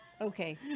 Okay